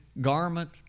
garment